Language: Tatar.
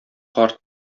карт